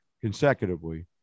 consecutively